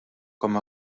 com